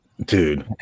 Dude